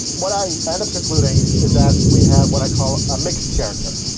what i end up concluding is that we have what i call a mixed character,